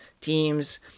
teams